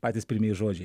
patys pirmieji žodžiai